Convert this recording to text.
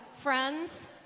Friends